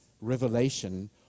revelation